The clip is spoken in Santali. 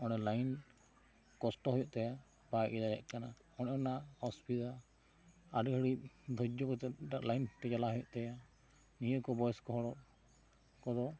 ᱚᱱᱟ ᱞᱟᱭᱤᱱ ᱠᱚᱥᱴᱚ ᱦᱩᱭᱩᱜ ᱛᱟᱭᱟ ᱵᱟᱭ ᱤᱭᱟᱹ ᱫᱟᱲᱮᱭᱟᱜ ᱠᱟᱱᱟ ᱚᱱᱮ ᱚᱱᱟ ᱚᱥᱩᱵᱤᱫᱟ ᱟᱹᱰᱤ ᱜᱷᱟᱹᱲᱤᱡ ᱫᱷᱚᱡᱽᱡᱚ ᱠᱟᱛᱮ ᱞᱟᱭᱤᱱ ᱛᱮ ᱪᱟᱞᱟᱜ ᱦᱩᱭᱩᱜ ᱛᱟᱭᱟ ᱱᱤᱭᱟᱹ ᱠᱚ ᱵᱚᱭᱚᱥ ᱠᱚ ᱜᱚᱲᱚ ᱠᱚ ᱫᱚ